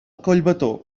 collbató